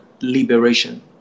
liberation